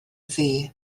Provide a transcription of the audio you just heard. ddu